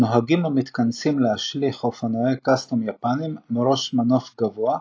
נוהגים המתכנסים להשליך אופנועי קאסטום יפניים מראש מנוף גבוה,